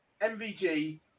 MVG